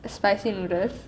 spicy noodles